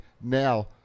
Now